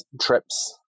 trips